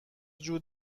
جور